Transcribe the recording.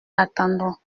l’attendons